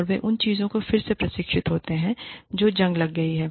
और वे उन चीजों में फिर से प्रशिक्षित होते हैं जो जंग लग गई हैं